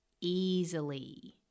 easily